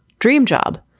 dream job.